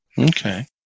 Okay